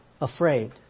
afraid